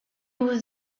was